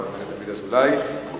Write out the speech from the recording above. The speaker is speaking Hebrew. חבר הכנסת דוד אזולאי.